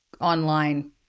online